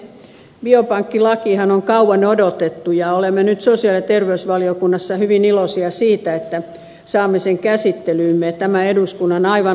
biopankkilakihan on kauan odotettu ja olemme nyt sosiaali ja terveysvaliokunnassa hyvin iloisia siitä että saamme sen käsittelyymme aivan tämän eduskunnan loppusuoralla